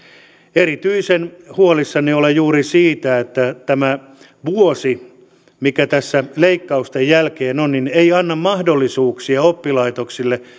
erityisen huolissani olen juuri siitä että tämä vuosi mikä tässä leikkausten jälkeen on ei anna mahdollisuuksia oppilaitoksille